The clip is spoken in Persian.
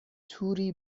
توری